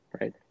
right